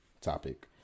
topic